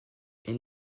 est